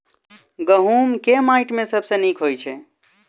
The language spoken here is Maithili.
गहूम केँ माटि मे सबसँ नीक होइत छै?